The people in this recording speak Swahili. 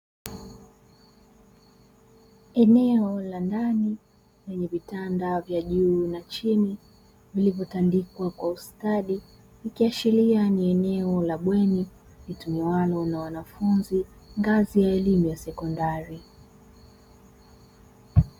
Eneo la ndani lenye vitanda vya juu na chini vilivyotandikwa kwa ustadi, ikiashiria ni eneo la bweni litumiwalo na wanafunzi ngazi ya elimu ya sekondari.